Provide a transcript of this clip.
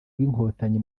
bw’inkotanyi